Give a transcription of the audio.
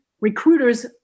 recruiters